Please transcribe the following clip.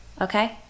okay